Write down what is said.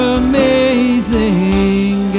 amazing